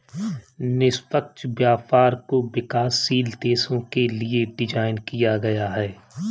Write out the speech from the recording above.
निष्पक्ष व्यापार को विकासशील देशों के लिये डिजाइन किया गया है